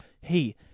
hey